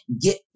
get